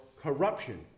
corruption